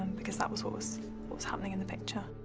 because that was what was what was happening in the picture.